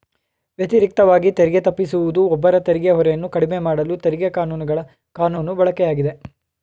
ವ್ಯತಿರಿಕ್ತವಾಗಿ ತೆರಿಗೆ ತಪ್ಪಿಸುವುದು ಒಬ್ಬರ ತೆರಿಗೆ ಹೊರೆಯನ್ನ ಕಡಿಮೆಮಾಡಲು ತೆರಿಗೆ ಕಾನೂನುಗಳ ಕಾನೂನು ಬಳಕೆಯಾಗಿದೆ